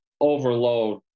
overload